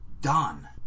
done